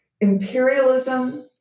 imperialism